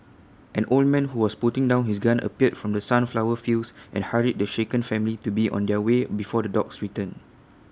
an old man who was putting down his gun appeared from the sunflower fields and hurried the shaken family to be on their way before the dogs return